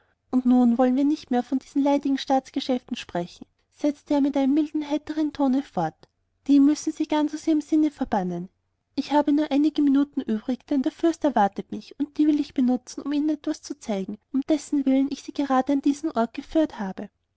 und nun wollen wir nicht mehr von diesen leidigen staatsgeschäften sprechen setzte er in einem milden heiteren tone fort die müssen sie ganz aus ihrem sinne verbannen ich habe nur einige minuten übrig denn der fürst erwartet mich und die will ich benutzen um ihnen etwas zu zeigen um dessenwillen ich sie gerade an diesen ort geführt habe